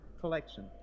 Collection